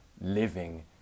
living